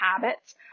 habits